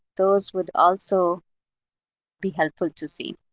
those would also be helpful to see.